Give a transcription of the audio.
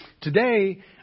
today